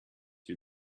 you